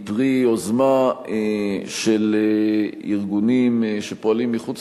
שהיא פרי יוזמה של ארגונים שפועלים מחוץ